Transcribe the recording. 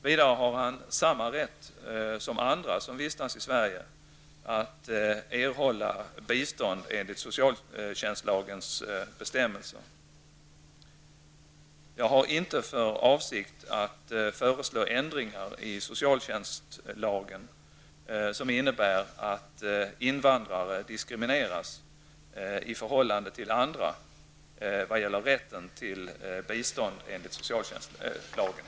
Vidare har han samma rätt som andra som vistats i Sverige att erhålla bistånd enligt socialtjänstlagens bestämmelser. Jag har inte för avsikt att föreslå ändringar i socialtjänstlagen som innebär att invandrare diskrimineras i förhållande till andra vad gäller rätten till bistånd enligt socialtjänstlagen.